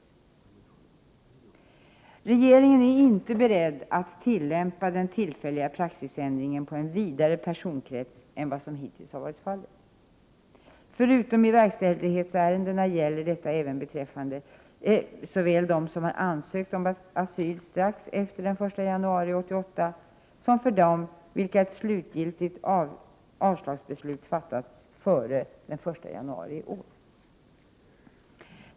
Regeringen är inte beredd att tillämpa den tillfälliga praxisändringen på en vidare personkrets än vad som hittills varit fallet. Förutom i verkställighetsärendena gäller detta även beträffande såväl dem som ansökt om asyl strax efter den 1 januari 1988, som dem för vilka ett slutligt avslagsbeslut fattats före den 1 januari i år.